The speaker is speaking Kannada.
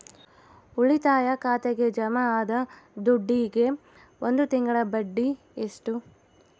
ಉಳಿತಾಯ ಖಾತೆಗೆ ಜಮಾ ಆದ ದುಡ್ಡಿಗೆ ಒಂದು ತಿಂಗಳ ಬಡ್ಡಿ ಎಷ್ಟು?